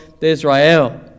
Israel